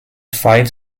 five